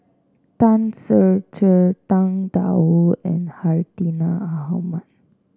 Tan Ser Cher Tang Da Wu and Hartinah Ahmad